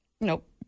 Nope